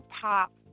pop